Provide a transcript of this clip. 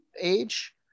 age